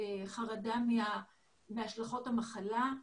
חרדה מהשלכות המחלה.